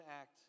act